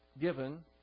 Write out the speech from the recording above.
given